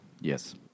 Yes